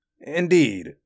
Indeed